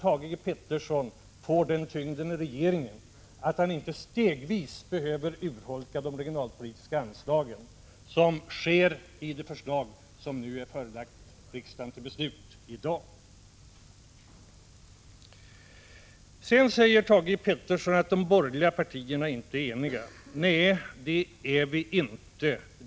1985/86:148 att Thage Peterson får en sådan tyngd i regeringen, att han inte stegvis 22 maj 1986 behöver urholka de regionalpolitiska anslagen så som sker i det förslag som nu är förelagt riksdagen för beslut i dag. Sedan säger Thage Peterson att de borgerliga partierna inte är eniga. Nej, det är vi inte.